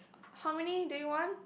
how many do you want